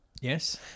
Yes